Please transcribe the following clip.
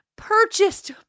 purchased